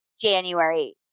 January